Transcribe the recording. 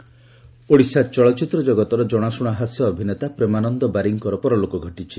ପରଲୋକ ଓଡ଼ିଶା ଚଳଚ୍ଚିତ୍ର ଜଗତର ଜଣାଶୁଣା ହାସ୍ୟ ଅଭିନେତା ପ୍ରେମାନନ୍ଦ ବାରିକଙ୍କର ପରଲୋକ ଘଟିଛି